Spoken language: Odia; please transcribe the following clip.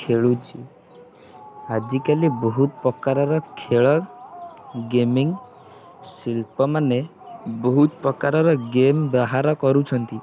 ଖେଳୁଛି ଆଜିକାଲି ବହୁତ ପ୍ରକାରର ଖେଳ ଗେମିଂ ଶିଳ୍ପମାନେ ବହୁତ ପ୍ରକାରର ଗେମ୍ ବାହାର କରୁଛନ୍ତି